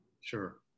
Sure